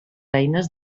eines